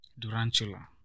Durantula